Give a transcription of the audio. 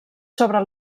sobre